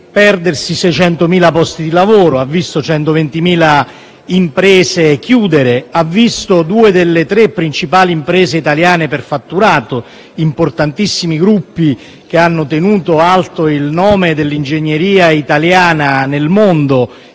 perdersi 600.000 posti di lavoro, 120.000 imprese chiudere e due delle tre principali imprese italiane per fatturato, importantissimi gruppi che hanno tenuto alto il nome dell'ingegneria italiana nel mondo,